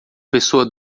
pessoa